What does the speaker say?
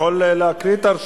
אתה יכול להקריא את הרשימה.